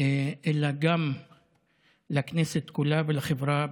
אלא גם לכנסת כולה ולחברה בכללותה.